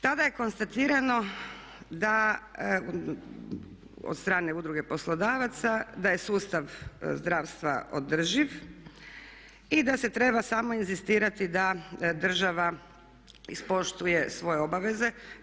Tada je konstatirano od strane Udruge poslodavaca da je sustav zdravstva održiv i da se treba samo inzistirati da država ispoštuje svoje obaveze.